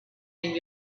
and